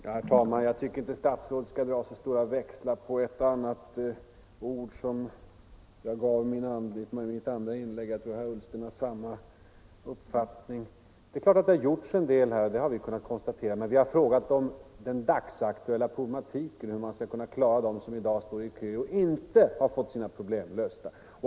Herr talman! Jag tycker inte att statsrådet Löfberg skall dra så stora — av statsanställd som växlar på ett och annat ord som jag använde i mitt andra inlägg. Jag = ej önskar medfölja tror att herr Ullsten har samma uppfattning. Det är klart att det har = vid verksutflyttning, gjorts en del här, det har vi kunnat konstatera, men vi har frågat hur — m.m. man skall klara den dagsaktuella problematiken för dem som i dag står i kö och inte har fått sina problem lösta.